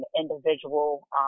individual